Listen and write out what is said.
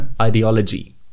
ideology